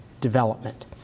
development